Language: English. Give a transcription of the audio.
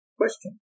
question